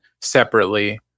separately